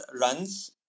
runs